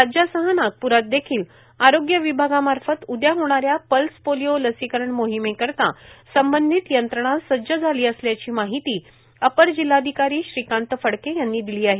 राज्यासह नागपरात देखील आरोग्य विभागामार्फत उद्या होणा या पल्स पोलिओ लसीकरण मोहिमेकरीता संबंधित यंत्रणा सज्ज झाली असल्याची माहिती अपर जिल्हाधिकारी श्रीकांत फडके यांनी दिली आहे